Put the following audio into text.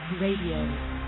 Radio